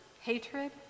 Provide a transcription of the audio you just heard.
hatred